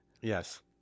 Yes